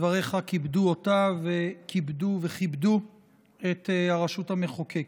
דבריך כיבדו אותה וכיבדו את הרשות המחוקקת.